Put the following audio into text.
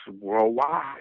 worldwide